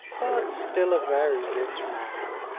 but still a very rich man.